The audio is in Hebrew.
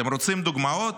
אתם רוצים דוגמאות?